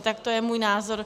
Tak to je můj názor.